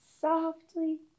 softly